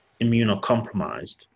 immunocompromised